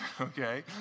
okay